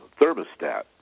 Thermostat